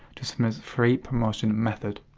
just free promotion methods.